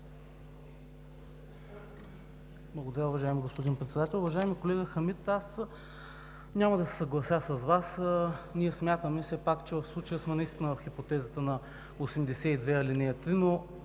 Благодаря, уважаеми господин Председател. Уважаеми колега Хамид, аз няма да се съглася с Вас. Ние смятаме все пак, че в случая сме наистина в хипотезата на чл. 82, ал. 3, но